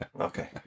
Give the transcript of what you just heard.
Okay